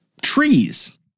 trees